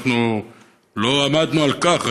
אנחנו לא עמדנו על כך,